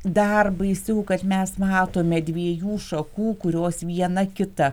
dar baisiau kad mes matome dviejų šakų kurios viena kitą